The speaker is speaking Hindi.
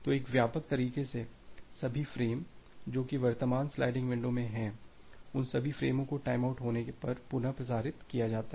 तो एक व्यापक तरीके से सभी फ़्रेम जो कि वर्तमान स्लाइडिंग विंडो में हैं उन सभी फ़्रेमों को टाइमआउट होने पर पुनः प्रसारित किया जाता है